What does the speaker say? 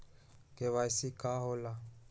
KYC का होला?